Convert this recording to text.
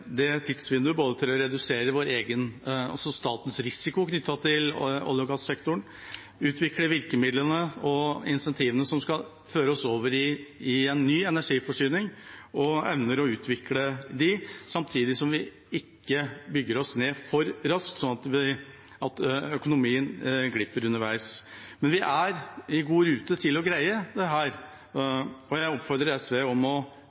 til å redusere vår egen, altså statens, risiko knyttet til olje- og gassektoren, utvikler virkemidlene og incentivene som skal føre oss over i en ny energiforsyning og evner å utvikle dem. Samtidig må vi ikke bygge oss ned for raskt slik at økonomien glipper underveis. Vi er i god rute til å greie dette, og jeg oppfordrer SV til å